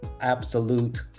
absolute